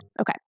Okay